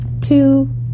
Two